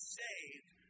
saved